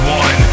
one